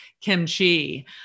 kimchi